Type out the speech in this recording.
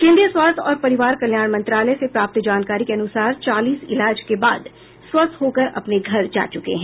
केन्द्रीय स्वास्थ्य और परिवार कल्याण मंत्रालय से प्राप्त जानकारी के अनुसार चालीस इलाज के बाद स्वस्थ होकर अपने घर जा चुके हैं